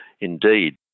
indeed